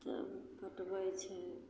तब पटबै छै